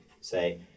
say